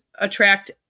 attract